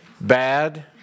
bad